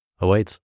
awaits